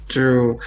True